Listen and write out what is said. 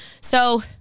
So-